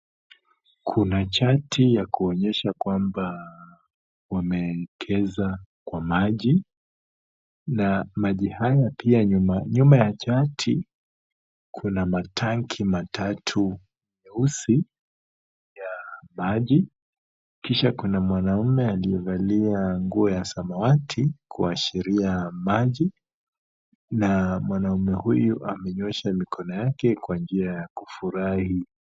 Kuna chati ya kuonyesha kwamba wameekeza kwa maji, na maji haya pia nyuma, nyuma ya chati kuna matanki matatu nyeusi ya maji kisha kuna mwanaume aliyevalia nguo ya samawati kuashiria maji, na mwanaume huyu amenyoosha mikono yake kwa njia ya kufurahi.